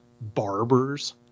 barbers